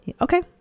okay